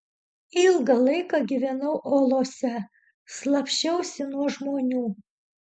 ilgą laiką gyvenau olose slapsčiausi nuo žmonių